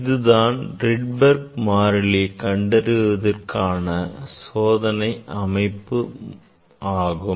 இதுதான் Rydberg மாறிலியை கண்டறிவதற்கான சோதனை அமைப்பு ஆகும்